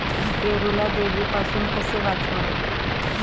पेरूला देवीपासून कसे वाचवावे?